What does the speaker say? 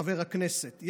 חבר הכנסת,